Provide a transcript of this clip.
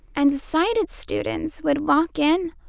and sighted students would walk in,